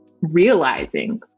realizing